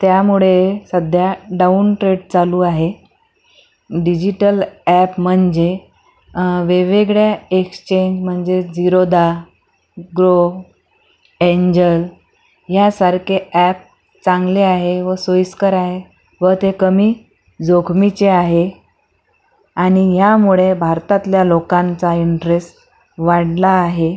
त्यामुळे सध्या down trade चालू आहे डिजिटल अॅप म्हणजे वेगवेगळ्या एक्स्चेंज म्हणजे झिरोदा गो एंजल यासारखे अॅप चांगले आहे व सोईस्कर आहे व ते कमी जोखमीचे आहे आणि ह्यामुळे भारतातल्या लोकांचा इंटरेस्ट वाढला आहे